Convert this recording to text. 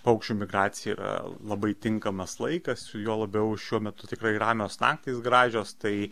paukščių migracija yra labai tinkamas laikas juo labiau šiuo metu tikrai ramios naktys gražios tai